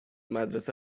مدرسه